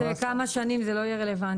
עוד כמה שנים זה לא יהיה רלוונטי,